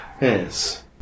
Yes